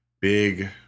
big